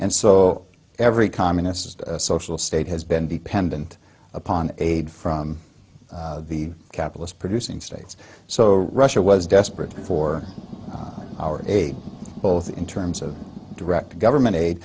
so every communist social state has been dependent upon aid from the capital's producing states so russia was desperate for our aid both in terms of direct government aid